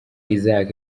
isaac